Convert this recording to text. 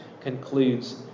concludes